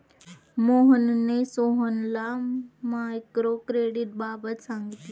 मोहनने सोहनला मायक्रो क्रेडिटबाबत सांगितले